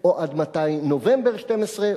או "עד מתי נובמבר 12",